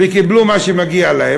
וקיבלו מה שמגיע להם.